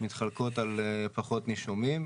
מתחלקות על פחות נישומים,